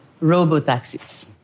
robo-taxis